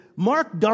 Mark